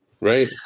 right